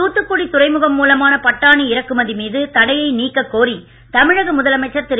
தூத்துக்குடி துறைமுகம் மூலமான பட்டாணி இறக்குமதி மீது தடையை நீக்கக் கோரி தமிழக முதலமைச்சர் திரு